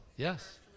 Yes